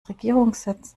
regierungssitz